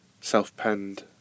self-penned